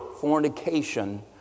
fornication